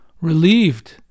relieved